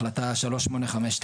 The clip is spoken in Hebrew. החלטה 3859,